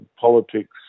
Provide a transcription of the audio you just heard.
politics